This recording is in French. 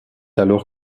alors